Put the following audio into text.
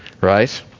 Right